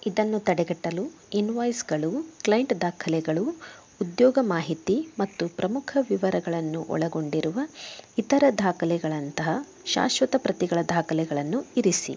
ಇದನ್ನು ತಡೆಗಟ್ಟಲು ಇನ್ವಾಯ್ಸ್ಗಳು ಕ್ಲೈಂಟ್ ದಾಖಲೆಗಳು ಉದ್ಯೋಗ ಮಾಹಿತಿ ಮತ್ತು ಪ್ರಮುಖ ವಿವರಗಳನ್ನು ಒಳಗೊಂಡಿರುವ ಇತರ ದಾಖಲೆಗಳಂತಹ ಶಾಶ್ವತ ಪ್ರತಿಗಳ ದಾಖಲೆಗಳನ್ನು ಇರಿಸಿ